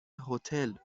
هتل